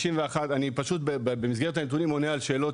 אני פשוט במסגרת הנתונים אני עונה על שאלות